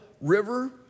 river